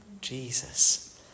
Jesus